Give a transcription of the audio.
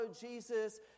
Jesus